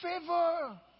Favor